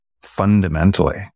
fundamentally